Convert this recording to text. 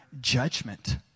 judgment